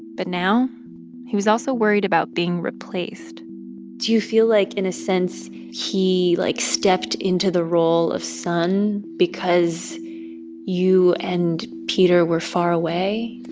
but now he was also worried about being replaced do you feel like in a sense he, like, stepped into the role of son because you and peter were far away?